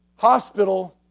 hospital